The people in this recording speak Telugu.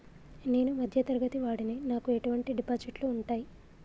నేను మధ్య తరగతి వాడిని నాకు ఎటువంటి డిపాజిట్లు ఉంటయ్?